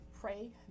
pray